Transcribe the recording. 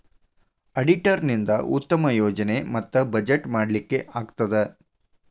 auditor ನಿಂದಾ ಉತ್ತಮ ಯೋಜನೆ ಮತ್ತ ಬಜೆಟ್ ಮಾಡ್ಲಿಕ್ಕೆ ಆಗ್ತದ